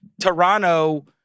Toronto